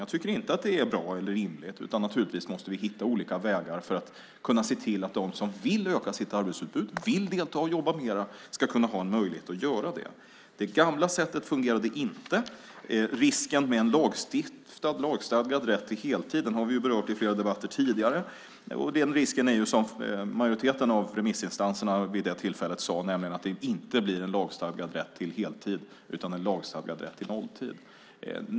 Jag tycker inte att det är bra eller rimligt, utan naturligtvis måste vi hitta olika vägar för att kunna se till att de som vill öka sitt arbetsutbud, vill delta och jobba mer ska kunna ha en möjlighet att göra det. Det gamla sättet fungerade inte. Risken med en lagstadgad rätt till heltid har vi berört i flera debatter tidigare. Den risken är, som majoriteten av remissinstanserna vid det tillfället sade, att det inte blir en lagstadgad rätt till heltid utan en lagstadgad rätt till nolltid.